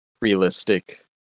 realistic